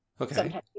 okay